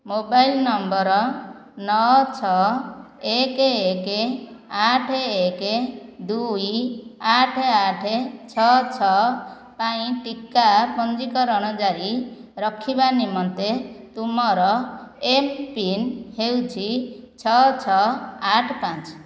mobile ନମ୍ବର ନଅ ଛଅ ଏକ ଏକ ଆଠ ଏକ ଦୁଇ ଆଠ ଆଠ ଛଅ ଛଅ ପାଇଁ ଟିକା ପଞ୍ଜୀକରଣ ଜାରି ରଖିବା ନିମନ୍ତେ ତୁମର ଏମ୍ପିନ୍ ହେଉଛି ଛଅ ଛଅ ଆଠ ପାଞ୍ଚ